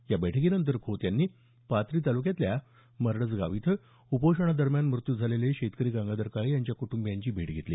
या बैठकीनंतर खोत यांनी पाथरी तालुक्यातल्या मरडसगाव इथं उपोषणादरम्यान मृत्यू झालेले शेतकरी गंगाधर काळे यांच्या कुटंबीयांची भेट घेतली